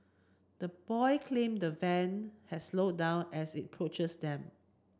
the boy claimed the van has slowed down as it approached them